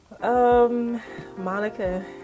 monica